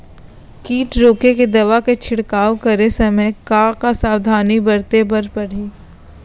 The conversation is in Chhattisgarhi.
किट रोके के दवा के छिड़काव करे समय, का का सावधानी बरते बर परही?